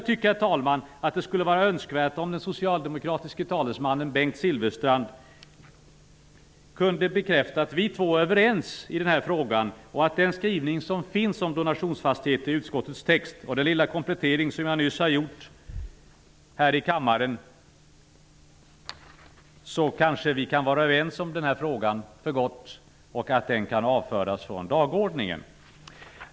Det vore önskvärt, herr talman, om den socialdemokratiske talesmannen Bengt Silfverstrand kunde bekräfta att vi två är överens i denna fråga. Det vore också önskvärt om han kunde bekräfta att vi är överens om utskottets skrivning om donationsfastigheter med den lilla komplettering som jag nyss gjort här i kammaren. Då tror jag att denna fråga för gott kan avföras från dagordningen.